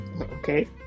Okay